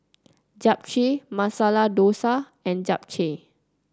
Japchae Masala Dosa and Japchae